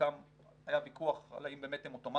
חלקם היה ויכוח על האם הם אוטומטיים,